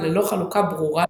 ללא חלוקה ברורה לקטעים.